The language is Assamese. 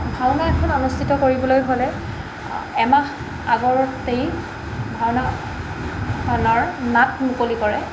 ভাওনা এখন অনুষ্ঠিত কৰিবলৈ হ'লে এমাহ আগতেই ভাওনা নাট মুকলি কৰে